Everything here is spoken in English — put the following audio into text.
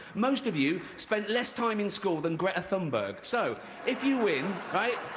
most of you spent less time in school than greta thunberg. so if you win, right,